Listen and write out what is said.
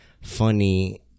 funny